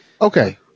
Okay